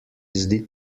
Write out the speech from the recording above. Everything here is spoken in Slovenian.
zdi